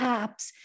apps